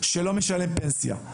שלא משלם פנסיה,